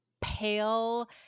pale